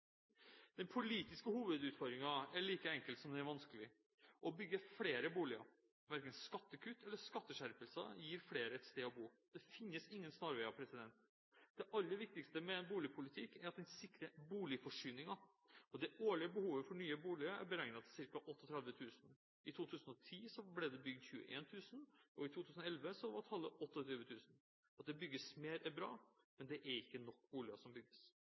Den politiske hovedutfordringen er like enkel som den er vanskelig: å bygge flere boliger. Verken skattekutt eller skatteskjerpelser gir flere et sted å bo. Det finnes ingen snarveier. Det aller viktigste med en boligpolitikk er at den sikrer boligforsyningen. Det årlige behovet for nye boliger er beregnet til ca. 38 000. I 2010 ble det bygd 21 000, og i 2011 var tallet 28 000. At det bygges mer, er bra. Men det bygges ikke nok boliger.